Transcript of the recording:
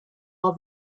all